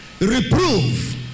reprove